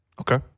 Okay